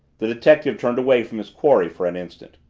the detective turned away from his quarry for an instant.